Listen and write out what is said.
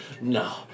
No